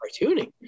cartooning